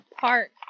Park